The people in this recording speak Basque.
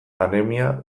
anemia